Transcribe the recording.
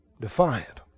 defiant